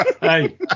Hey